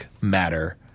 matter